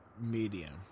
medium